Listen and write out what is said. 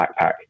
backpack